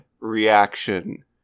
reaction